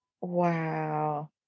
wow